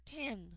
Ten